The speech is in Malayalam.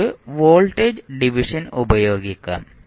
നമുക്ക് വോൾട്ടേജ് ഡിവിഷൻ ഉപയോഗിക്കാം